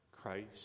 Christ